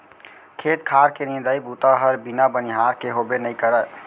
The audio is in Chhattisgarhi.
खेत खार के निंदई बूता हर बिना बनिहार के होबे नइ करय